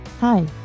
Hi